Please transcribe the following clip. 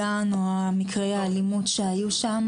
הבלגן או מקרי האלימות שהיו שם.